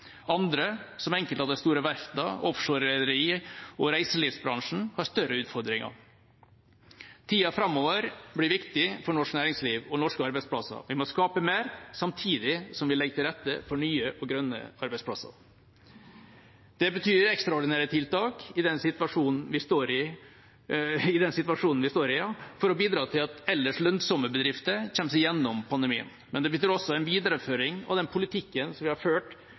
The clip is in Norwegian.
Andre, som enkelte av de store verftene, offshorerederier og reiselivsbransjen, har større utfordringer. Tiden framover blir viktig for norsk næringsliv og norske arbeidsplasser. Vi må skape mer samtidig som vi legger til rette for nye og grønne arbeidsplasser. Det betyr ekstraordinære tiltak i den situasjonen vi står i, for å bidra til at ellers lønnsomme bedrifter kommer seg gjennom pandemien. Men det betyr også en videreføring av den politikken vi har ført